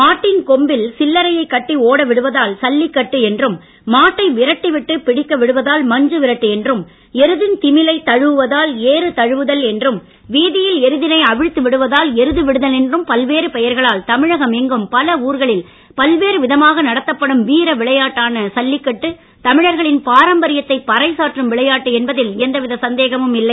மாட்டின் கொம்பில் சில்லரையைக் கட்டி ஓடவிடுவதால் சல்லிக்கட்டு என்றும் மாட்டை விரட்டி விட்டு பிடிக்க விடுவதால் மஞ்சுவிரட்டு என்றும் எருதின் திமிலை தழுவுவதால் ஏறு தழுவுதல் என்றும் வீதியில் எருதினை அவிழ்த்து விடுவதால் எருதுவிடுதல் என்றும் பல்வேறு பெயர்களால் தமிழகம் எங்கும் பல ஊர்களில் பல்வேறு விதமாக நடத்தப்படும் வீர விளையாட்டான ஜல்லிக்கட்டு தமிழர்களின் பாரம்பரியத்தை பறைசாற்றும் விளையாட்டு என்பதில் எவ்வித சந்தேகமும் இல்லை